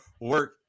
work